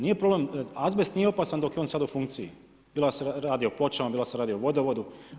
Nije problem, azbest nije opasan dok je on sada u funkciji bilo da se radi o pločama, bilo da se radi o vodovodu.